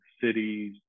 cities